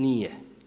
Nije.